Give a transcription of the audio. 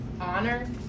honor